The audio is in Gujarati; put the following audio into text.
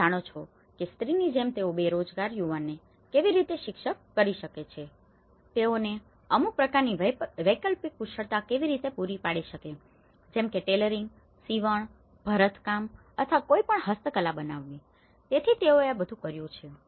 તમે જાણો છો કે સ્ત્રીની જેમ તેઓ બેરોજગાર યુવાનોને કેવી રીતે શિક્ષિત કરી શકે તેઓને અમુક પ્રકારની વૈકલ્પિક કુશળતા કેવી રીતે પૂરી પાડી શકે જેમ કે ટેલરિંગ સીવણ ભરતકામ અથવા કોઈપણ હસ્તકલા બનાવવી તેથી તેઓએ આ બધું કર્યું છે